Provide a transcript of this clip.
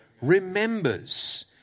remembers